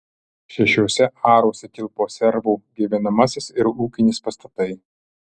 šešiuose aruose tilpo servų gyvenamasis ir ūkinis pastatai